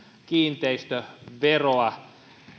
kiinteistöveroa